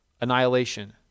annihilation